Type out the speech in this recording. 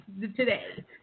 today